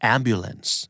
Ambulance